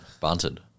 bunted